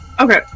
Okay